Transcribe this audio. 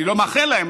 אני לא מאחל להם,